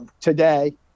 today